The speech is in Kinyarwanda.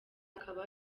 akaba